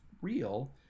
real